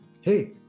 hey